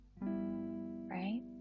right